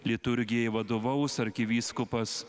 liturgijai vadovaus arkivyskupas